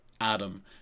Adam